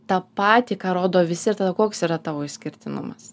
tą patį ką rodo visi ir tada koks yra tavo išskirtinumas